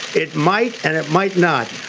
it might and it might not.